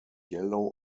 yellow